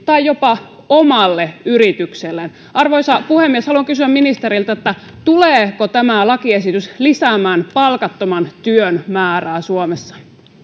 tai jopa omalle yritykselleen arvoisa puhemies haluan kysyä ministeriltä tuleeko tämä lakiesitys lisäämään palkattoman työn määrää suomessa